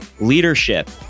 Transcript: leadership